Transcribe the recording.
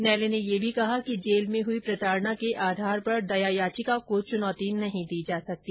न्यायालय ने यह भी कहा कि जेल में हुई प्रताड़ना के आधार पर दया याचिका को चुनौती नहीं दी जा सकती